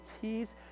keys